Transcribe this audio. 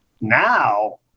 Now